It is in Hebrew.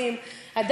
בשום מקום אחר.